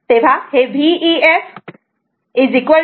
तेव्हा हे Vef 73